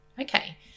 okay